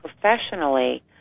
professionally